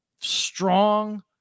strong